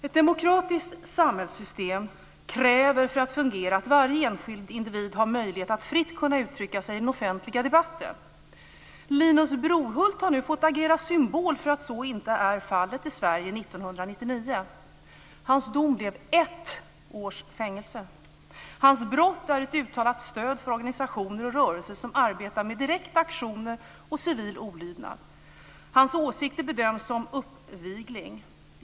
Ett demokratiskt samhällssystem kräver för att fungera att varje enskild individ har möjlighet att fritt kunna uttrycka sig i den offentliga debatten. Linus Brohult har nu fått agera symbol för att så inte är fallet i Sverige 1999. Hans dom blev ett års fängelse. Hans brott är ett uttalat stöd för organisationer och rörelser som arbetar med direkta aktioner och civil olydnad. Hans åsikter bedöms som uppvigling.